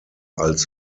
als